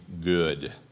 good